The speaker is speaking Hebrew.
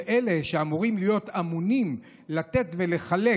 שאלה שאמורים להיות אמונים על נתינה ולחלק